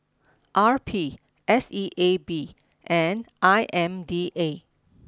R P S E A B and I M D A